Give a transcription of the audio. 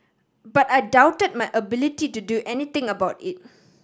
but I doubted my ability to do anything about it